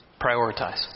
prioritize